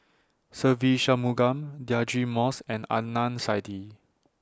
Se Ve Shanmugam Deirdre Moss and Adnan Saidi